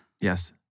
Yes